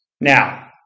now